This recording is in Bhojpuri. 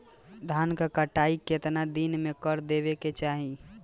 धान क कटाई केतना दिन में कर देवें कि चाही?